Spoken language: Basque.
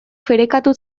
ferekatu